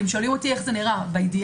אם שואלים אותי איך זה נראה באידיאל,